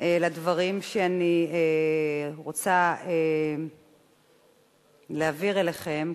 לדברים שאני רוצה להעביר אליכם,